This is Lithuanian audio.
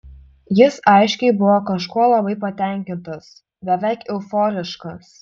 jis aiškiai buvo kažkuo labai patenkintas beveik euforiškas